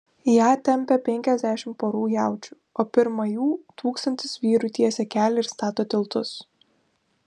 ją tempia penkiasdešimt porų jaučių o pirma jų tūkstantis vyrų tiesia kelią ir stato tiltus